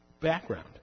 background